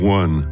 one